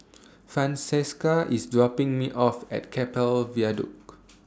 Francesca IS dropping Me off At Keppel Viaduct